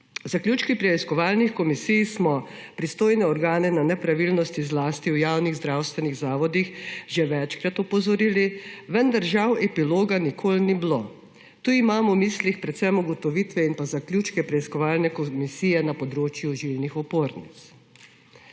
V zaključkih preiskovalnih komisij smo pristojne organe na nepravilnosti zlasti v javnih zdravstvenih zavodih že večkrat opozorili, vendar, žal, epiloga nikoli ni bilo. Tu imam v mislih predvsem ugotovitve in zaključke preiskovalne komisije na področju žilnih opornic.